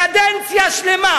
וקדנציה שלמה